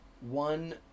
one